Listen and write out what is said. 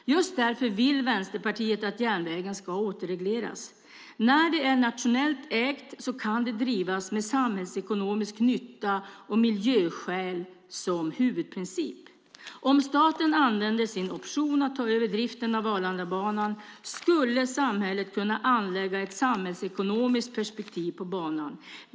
Just därför vill Vänsterpartiet att järnvägen ska återregleras. När det är nationellt ägt kan det drivas med samhällsekonomisk nytta och miljöskäl som huvudprincip. Om staten använder sin option att ta över driften av Arlandabanan skulle samhället kunna anlägga ett samhällsekonomiskt perspektiv på banan.